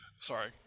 Sorry